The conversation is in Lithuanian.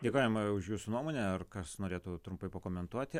dėkojam už jūsų nuomonę ar kas norėtų trumpai pakomentuoti